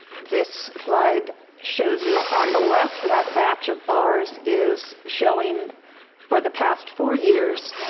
this slide shows you on the left of that batch of bars is showing for the past four years,